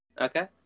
Okay